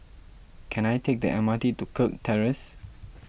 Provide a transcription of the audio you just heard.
can I take the M R T to Kirk Terrace